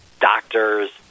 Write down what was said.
doctors